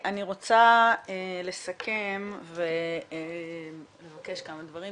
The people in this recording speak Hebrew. אני רוצה לסכם ולבקש כמה דברים,